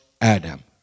Adam